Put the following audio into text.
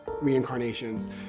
reincarnations